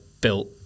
built